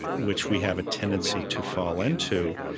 which we have a tendency to fall into,